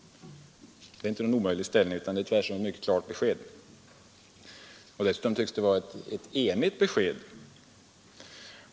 Det är inte någon omöjlig ställning utan tvärtom ett mycket klart besked. Dessutom tycks det vara ett enigt besked.